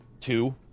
two